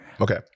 Okay